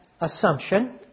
assumption